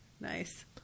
nice